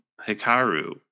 hikaru